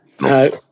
no